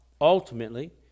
ultimately